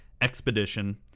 expedition